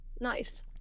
Nice